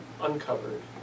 uncovered